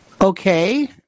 Okay